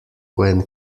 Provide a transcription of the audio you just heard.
when